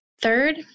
Third